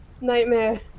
Nightmare